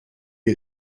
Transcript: die